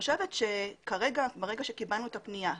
חושבת שכרגע ברגע שקיבלנו את הפנייה,